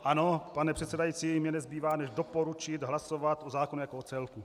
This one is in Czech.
Ano, pane předsedající, mně nezbývá než doporučit hlasovat o zákonu jako o celku.